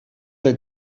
der